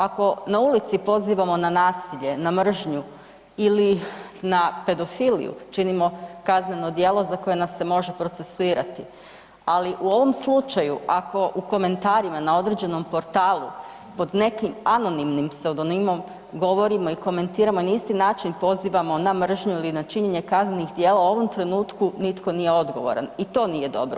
Ako na ulici pozivamo na nasilje, na mržnju ili na pedofiliju činimo kazneno djelo za koje nas se može procesuirati, ali u ovom slučaju ako u komentarima na određenom portalu pod nekim anonimnim pseudonimom govorimo i komentiramo na isti način pozivamo na mržnju ili na činjenje kaznenih djela u ovom trenutku nitko nije odgovoran i to nije dobro.